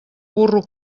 burro